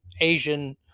Asian